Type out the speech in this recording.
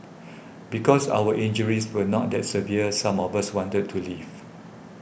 because our injuries were not that severe some of us wanted to leave